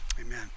Amen